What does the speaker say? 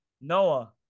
Noah